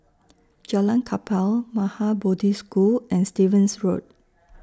Jalan Kapal Maha Bodhi School and Stevens Road